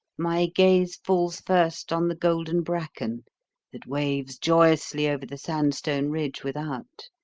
my gaze falls first on the golden bracken that waves joyously over the sandstone ridge without,